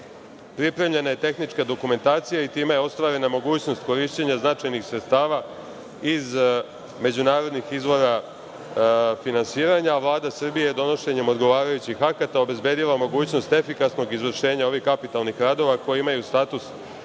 Pripremljena je tehnička dokumentacija i time je ostvarena mogućnost značajnih sredstva iz međunarodnih izvora finansiranja, a Vlada Srbije je donošenjem odgovarajućih akata obezbedila mogućnost efikasnog izvršenja ovih kapitalnih radova, koji imaju status